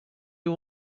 you